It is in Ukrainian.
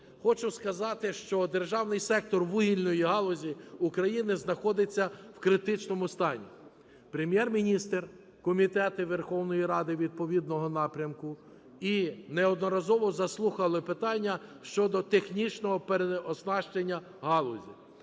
Хочу сказати, що державний сектор вугільної галузі України знаходиться в критичному стані. Прем'єр-міністр, комітети Верховної Ради відповідного напрямку і неодноразово заслухали питання щодо технічного переоснащення галузі.